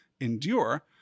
endure